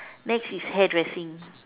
next is hairdressing